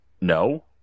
no